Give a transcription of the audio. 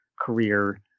career